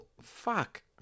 fuck